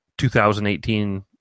2018